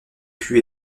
pus